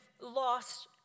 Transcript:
lost